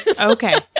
Okay